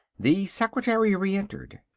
the secretary re-entered.